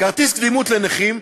כרטיס קדימות לנכים?